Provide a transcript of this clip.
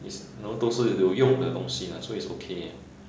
it's you know 都是一些有用的东西 lah so it's okay ah